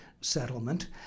settlement